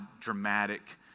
dramatic